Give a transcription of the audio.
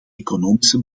economische